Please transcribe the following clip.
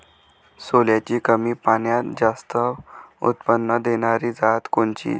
सोल्याची कमी पान्यात जास्त उत्पन्न देनारी जात कोनची?